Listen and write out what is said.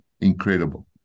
incredible